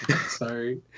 Sorry